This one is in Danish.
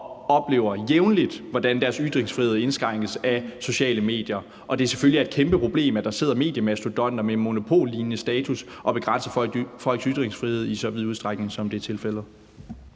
og jævnligt oplever, at deres ytringsfrihed indskrænkes af sociale medier. Det er selvfølgelig et kæmpeproblem, at der sidder mediemastodonter med monopollignende status og begrænser folks ytringsfrihed i så vid udstrækning, som det er tilfældet.